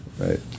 right